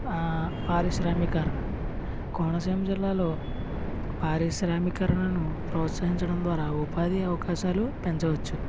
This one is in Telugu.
పారిశ్రామికీకరణ కోనసీమ జిల్లాలో పారిశ్రామికీకరణను ప్రోత్సహించడం ద్వారా ఉపాధి అవకాశాలు పెంచవచ్చు